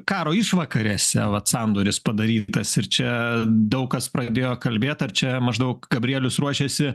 karo išvakarėse vat sandoris padarytas ir čia daug kas pradėjo kalbėt ar čia maždaug gabrielius ruošėsi